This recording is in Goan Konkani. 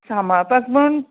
सांबाळपाक पण